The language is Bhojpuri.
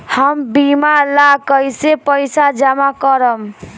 हम बीमा ला कईसे पईसा जमा करम?